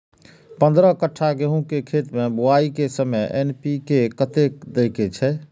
पंद्रह कट्ठा गेहूं के खेत मे बुआई के समय एन.पी.के कतेक दे के छे?